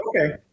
okay